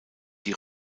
die